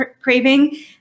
craving